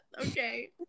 okay